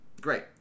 great